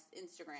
Instagram